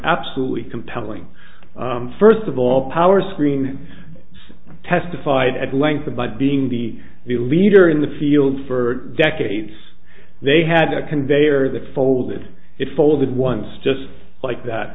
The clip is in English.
absolutely compelling first of all power screen testified at length about being the the leader in the field for decades they had a conveyor that folded it folded once just like that